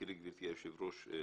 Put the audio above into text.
תראי גברתי יושבת-הראש,